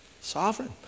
Sovereign